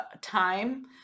time